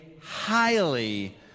highly